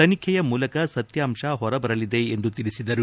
ತನಿಖೆಯ ಮೂಲಕ ಸತ್ಯಾಂಶ ಹೊರಬರಲಿದೆ ಎಂದು ತಿಳಿಸಿದರು